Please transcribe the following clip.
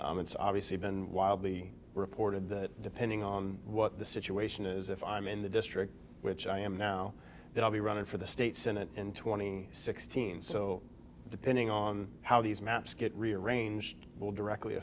it's obviously been wildly reported that depending on what the situation is if i'm in the district which i am now that i'll be running for the state senate in twenty sixteen so depending on how these maps get rearranged will directly